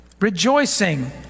rejoicing